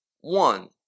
one